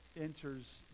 enters